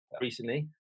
recently